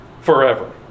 forever